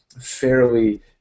fairly